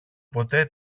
ποτέ